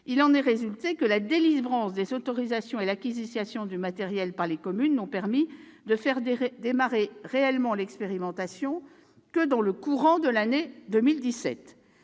il en est résulté que la délivrance des autorisations et l'acquisition du matériel par les communes n'ont permis de faire démarrer réellement l'expérimentation que dans le courant de l'année 2017.